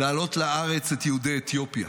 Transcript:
להעלות לארץ את יהודי אתיופיה.